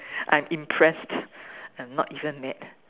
I'm impressed I'm not even mad